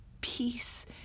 Peace